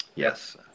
yes